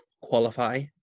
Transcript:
qualify